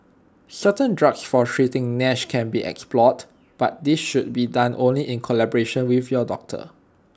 certain drugs for treating Nash can be explored but this should be done only in collaboration with your doctor